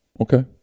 Okay